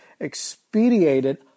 expediated